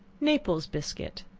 naples biscuit.